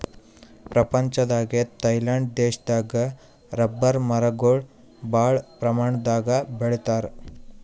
ಪ್ರಪಂಚದಾಗೆ ಥೈಲ್ಯಾಂಡ್ ದೇಶದಾಗ್ ರಬ್ಬರ್ ಮರಗೊಳ್ ಭಾಳ್ ಪ್ರಮಾಣದಾಗ್ ಬೆಳಿತಾರ್